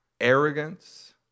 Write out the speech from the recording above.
arrogance